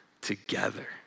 together